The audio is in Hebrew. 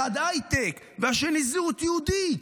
אחת הייטק והשנייה זהות יהודית.